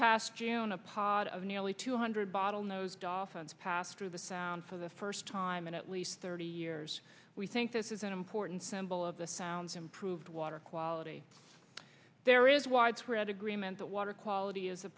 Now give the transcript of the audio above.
past june a pod of nearly two hundred bottlenose dolphins passed through the sound for the first time in at least thirty years we think this is an important symbol of the sounds improved quality there is widespread agreement that water quality is a